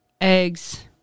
eggs